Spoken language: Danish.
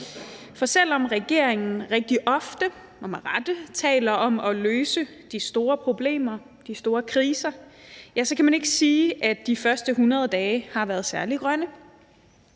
For selv om regeringen rigtig ofte og med rette taler om at løse de store problemer, de store kriser, så kan man ikke sige, at de første 100 dage har været særlig grønne.